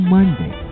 Monday